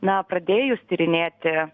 na pradėjus tyrinėti